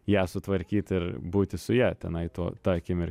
ją sutvarkyt ir būti su ja tenai tuo ta akimir